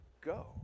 go